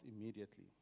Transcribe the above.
immediately